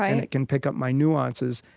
and it can pick up my nuances,